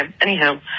Anyhow